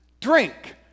drink